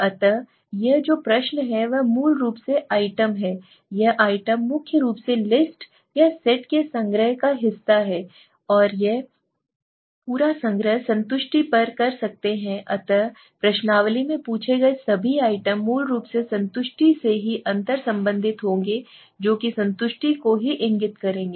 अतः यह जो प्रश्न है वह मूल रूप से आइटम है यह आइटम मुख्य रुप से लिस्ट या सेट के संग्रह का हिस्सा है यह पूरा संग्रह संतुष्टि पर कर रहे हैं अतः प्रश्नावली में पूछे गए सभी आइटम मूल रूप से संतुष्टि से ही अंतर संबंधित होंगे जो की संतुष्टि को ही इंगित करेंगे